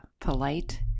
polite